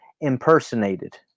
Impersonated